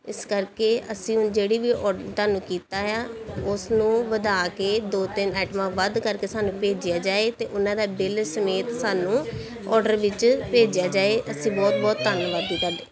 ਇਸ ਕਰਕੇ ਅਸੀਂ ਹੁਣ ਜਿਹੜੀ ਵੀ ਅੋਰਡਰ ਤੁਹਾਨੂੰ ਕੀਤਾ ਹੈ ਉਸਨੂੰ ਵਧਾ ਕੇ ਦੋ ਤਿੰਨ ਆਇਟਮਾਂ ਵੱਧ ਕਰਕੇ ਸਾਨੂੰ ਭੇਜਿਆ ਜਾਵੇ ਅਤੇ ਉਹਨਾਂ ਦਾ ਬਿੱਲ ਸਮੇਤ ਸਾਨੂੰ ਅੋਰਡਰ ਵਿੱਚ ਭੇਜਿਆ ਜਾਵੇ ਅਸੀਂ ਬੁਹਤ ਬਹੁਤ ਧੰਨਵਾਦ ਕਰਦੇ